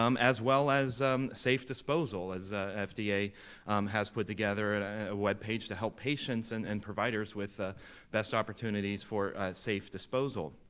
um as well as um safe disposal, as fda has put together and ah a white page to help patients and and providers with ah best opportunities for safe disposal.